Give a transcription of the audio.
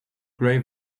gray